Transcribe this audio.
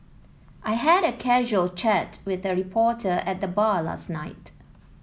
I had a casual chat with a reporter at the bar last night